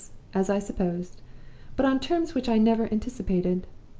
as i supposed but on terms which i never anticipated.